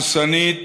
הרסנית,